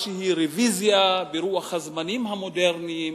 רוויזיה כלשהי ברוח הזמנים המודרניים,